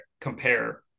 compare